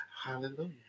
Hallelujah